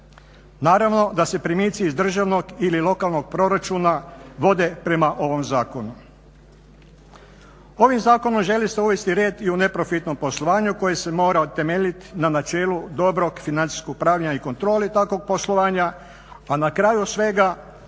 Naravno da se primici iz državnog ili lokalnog proračuna vode prema ovom zakonu. Ovim zakonom želi se uvesti red i u neprofitno poslovanje koje se mora temeljit na načelu dobrog financijskog upravljanja i kontroli takvog poslovanja, a na kraju svega